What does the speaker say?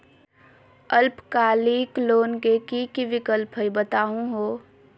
अल्पकालिक लोन के कि कि विक्लप हई बताहु हो?